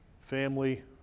family